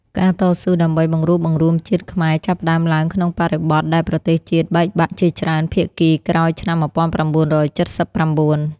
ការតស៊ូដើម្បីបង្រួបបង្រួមជាតិខ្មែរ ចាប់ផ្តើមឡើងក្នុងបរិបទដែលប្រទេសជាតិបែកបាក់ជាច្រើនភាគីក្រោយឆ្នាំ ១៩៧៩។